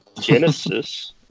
Genesis